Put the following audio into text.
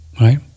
right